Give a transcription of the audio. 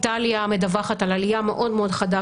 איטליה מדווחת על עלייה מאוד מאוד חדה